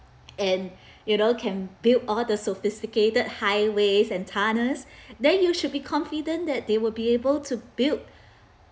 and you know can build all the sophisticated highways and tunnels then you should be confident that they will be able to build